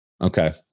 Okay